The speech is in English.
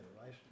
right